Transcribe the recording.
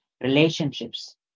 relationships